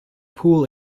pool